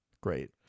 Great